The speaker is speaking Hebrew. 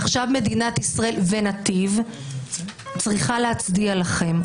ועכשיו מדינת ישראל צריכה להצדיע לכם,